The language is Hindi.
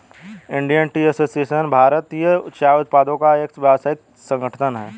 इंडियन टी एसोसिएशन भारतीय चाय उत्पादकों का एक व्यावसायिक संगठन है